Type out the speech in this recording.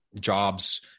jobs